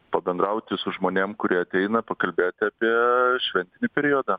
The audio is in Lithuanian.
pabendrauti su žmonėm kurie ateina pakalbėti apie ee šventinį periodą